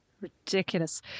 ridiculous